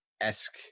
esque